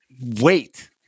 wait